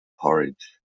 porridge